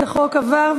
החוק עבר,